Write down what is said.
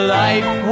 life